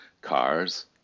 cars